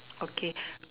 okay